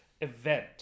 event